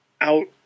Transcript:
out